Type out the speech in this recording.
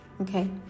Okay